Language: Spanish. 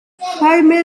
jaime